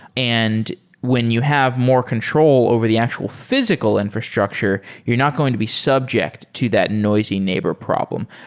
and when you have more control over the actual physical infrastructure, you're not going to be subject to that noisy neighbor problem.